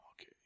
Okay